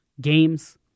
games